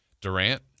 Durant